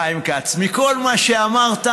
חיים כץ, מכל מה שאמרת,